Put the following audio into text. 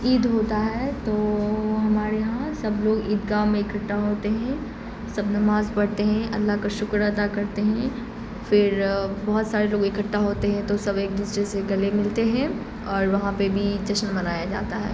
عید ہوتا ہے تو ہمارے یہاں سب لوگ عید گاہ میں اکٹھا ہوتے ہیں سب نماز پڑھتے ہیں اللہ کا شکر ادا کرتے ہیں پھر بہت سارے لوگ اکٹھا ہوتے ہیں تو سب ایک دوسرے سے گلے ملتے ہیں اور وہاں پہ بھی جشن منایا جاتا ہے